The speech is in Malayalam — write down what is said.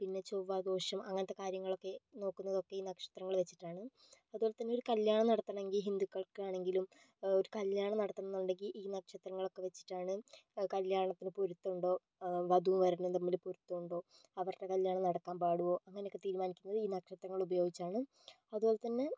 പിന്നെ ചൊവ്വാദോഷം അങ്ങനത്തെ കാര്യങ്ങളൊക്കെ നോക്കുന്നതൊക്കെയും ഈ നക്ഷത്രങ്ങള് വെച്ചിട്ടാണ് അതുപോലെ തന്നെ ഒരു കല്യാണം നടത്തണമെങ്കിൽ ഹിന്ദുക്കൾക്കാണെങ്കിലും ഒരു കല്യാണം നടത്തണമെന്നുണ്ടെങ്കിൽ ഈ നക്ഷത്രങ്ങളൊക്കെ വെച്ചിട്ടാണ് കല്യാണത്തിന് പൊരുത്തമുണ്ടോ വധുവും വരനും തമ്മില് പൊരുത്തമുണ്ടോ അവരുടെ കല്യാണം നടക്കാൻ പാടുവോ അങ്ങനെയൊക്കെ തീരുമാനിക്കുന്നത് ഈ നക്ഷത്രങ്ങള് ഉപയോഗിച്ചാണ് അതുപോലെ തന്നെ